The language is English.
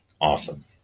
Awesome